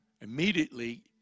immediately